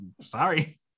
sorry